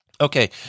Okay